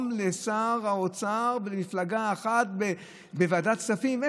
לשר האוצר במפלגה אחת בוועדת כספים.